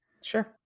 Sure